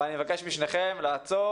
אבל אני מבקש משניכם לעצור.